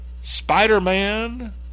Spider-Man